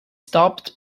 stopped